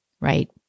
right